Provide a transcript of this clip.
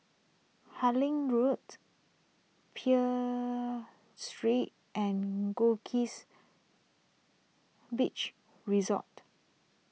Harding Road peel Street and Goldkist Beach Resort